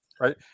right